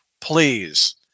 Please